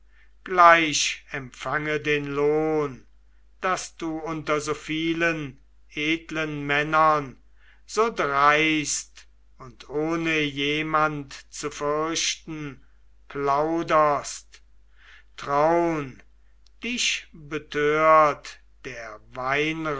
gleich empfange den lohn daß du unter so vielen edlen männern so dreist und ohne jemand zu fürchten plauderst traun dich betört der